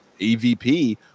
evp